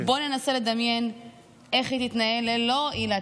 בוא ננסה לדמיין איך היא תתנהל ללא עילת